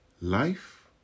Life